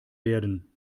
werden